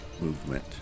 movement